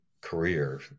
career